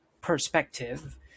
perspective